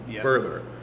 further